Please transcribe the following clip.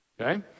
Okay